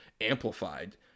amplified